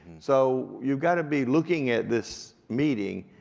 so you've gotta be looking at this meeting,